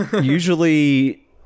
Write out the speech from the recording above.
usually